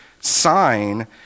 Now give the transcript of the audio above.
sign